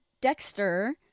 Dexter